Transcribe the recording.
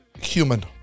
human